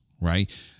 right